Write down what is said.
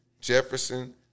Jefferson